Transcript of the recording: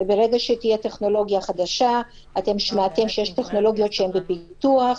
שמעתם שיש טכנולוגיות שהן בפיתוח,